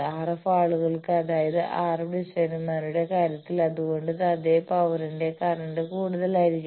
RF ആളുകൾക്ക് അതായത് RF ഡിസൈനർമാരുടെ കാര്യത്തിൽ അതുകൊണ്ട് അതേ പവറിനുള്ള കറന്റ് കൂടുതലായിരിക്കും